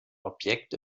objekt